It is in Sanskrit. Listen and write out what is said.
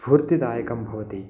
स्फूर्तिदायकं भवति